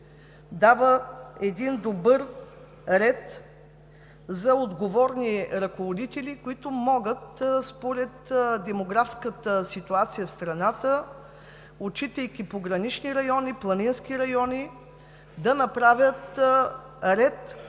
дава един добър ред за отговорни ръководители, които могат според демографската ситуация в страната, отчитайки погранични райони, планински райони, да направят ред